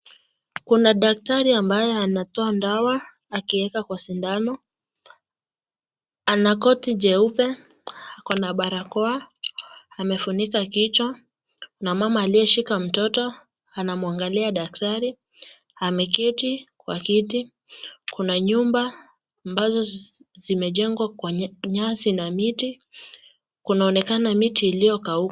Kuna daktari ambaye anatoa dawa akiweka kwa sindano, ana koti jeupe, akona barakoa, amefunika kichwa na mama aliyeshika mtoto anamwangalia daktari ameketi kwa kiti kuna nyumba ambazo zimejengwa kwa nyasi na miti kunaonekana miti iliyokauka.